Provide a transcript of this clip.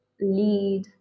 lead